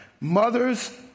Mothers